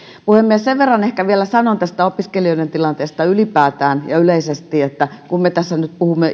puhemies sen verran ehkä vielä sanon opiskelijoiden tilanteesta ylipäätään ja yleisesti että kun me nyt puhumme